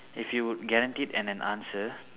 if you would guaranteed an an answer